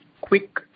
quick